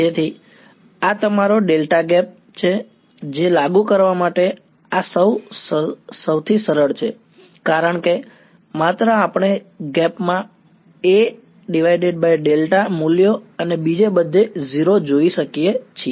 તેથી આ તમારો ડેલ્ટા ગેપ છે જે લાગુ કરવા માટે આ સૌથી સરળ છે કારણ કે માત્ર આપણે ગેપ માં Aδ મૂલ્યો અને બીજે બધે 0 જોઈ શકીએ છીએ